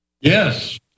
Yes